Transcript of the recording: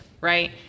right